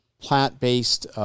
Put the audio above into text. plant-based